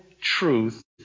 truth